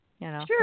Sure